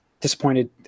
Disappointed